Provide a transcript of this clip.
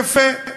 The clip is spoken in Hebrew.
יפה.